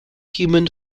human